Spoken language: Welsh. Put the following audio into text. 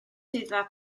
swyddfa